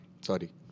Sorry